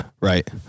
right